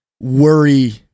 worry